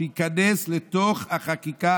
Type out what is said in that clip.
שייכנס לתוך החקיקה,